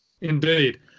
Indeed